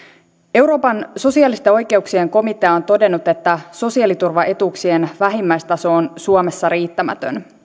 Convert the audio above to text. euroopan sosiaalisten oikeuksien komitea on todennut että sosiaaliturva etuuksien vähimmäistaso on suomessa riittämätön